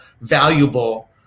valuable